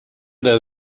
der